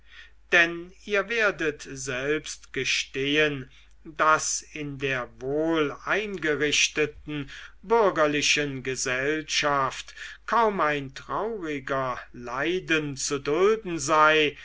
denn ihr werdet selbst gestehen daß in der wohleingerichteten bürgerlichen gesellschaft kaum ein trauriger leiden zu dulden sei